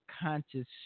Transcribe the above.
conscious